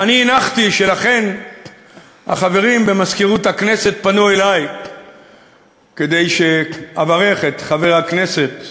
הנחתי שלכן החברים במזכירות הכנסת פנו אלי כדי שאברך את חבר הכנסת